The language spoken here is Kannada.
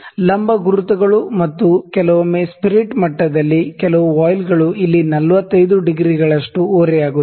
ಲಂಬ ಗುರುತುಗಳು ಮತ್ತು ಕೆಲವೊಮ್ಮೆ ಸ್ಪಿರಿಟ್ ಮಟ್ಟದಲ್ಲಿ ಕೆಲವು ವಾಯ್ಲ್ಗಳು ಇಲ್ಲಿ 45 ಡಿಗ್ರಿಗಳಷ್ಟು ಓರೆಯಾಗುತ್ತವೆ